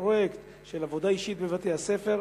כפרויקט של עבודה אישית בבתי-הספר,